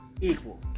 equal